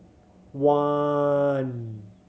one